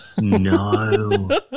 No